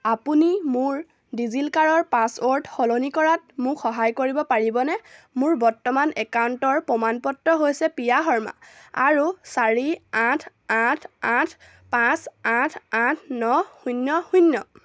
আপুনি মোৰ ডিজিলকাৰৰ পাছৱৰ্ড সলনি কৰাত মোক সহায় কৰিব পাৰিবনে মোৰ বৰ্তমান একাউণ্টৰ প্ৰমাণপত্ৰসমূহ হৈছে প্ৰিয়া শৰ্মা আৰু চাৰি আঠ আঠ আঠ পাঁচ আঠ আঠ ন শূন্য শূন্য